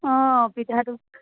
অঁ পিঠাটো